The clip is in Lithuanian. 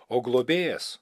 o globėjas